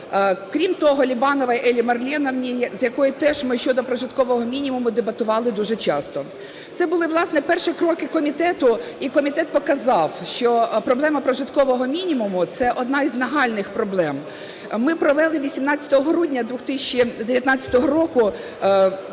Крім того – Лібановій Еллі Марленівні, з якою теж ми щодо прожиткового мінімуму дебатували дуже часто. Це були, власне, перші кроки комітету і комітет показав, що проблема прожиткового мінімуму – це одна із нагальних проблем. Ми провели 18 грудня 2019 року парламентські